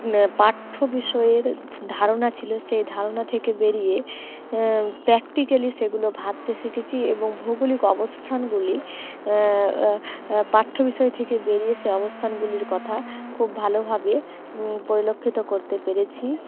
পাঠ্য বিষয়ের ধারণা ছিল সেই ধারণা থেকে বেরিয়ে প্র্যাকটিক্যালি সেগুলো ভাবতে শিখেছি এবং ভৌগোলিক অবস্থানগুলি পাঠ্য বিষয় থেকে বেরিয়ে সেই অবস্থানগুলির কথা খুব ভালোভাবে পরিলক্ষিত করতে পেরেছি